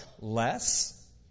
less